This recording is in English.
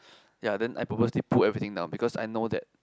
ya then I purposely put everything down because I know that